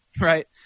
Right